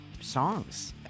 songs